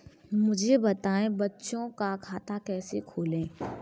मुझे बताएँ बच्चों का खाता कैसे खोलें?